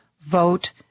vote